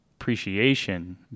appreciation